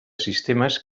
sistemes